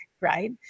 right